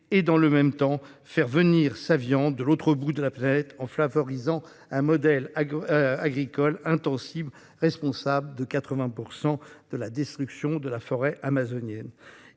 et, dans le même temps, faire venir sa viande de l'autre bout de la planète en favorisant un modèle agricole intensif, responsable à 80 % de la destruction de la forêt amazonienne.